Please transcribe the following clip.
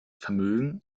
vermögen